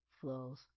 flows